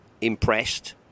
impressed